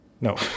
no